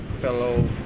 fellow